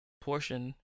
portion